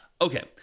okay